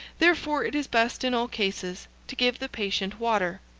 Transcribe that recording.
therefore it is best in all cases to give the patient water.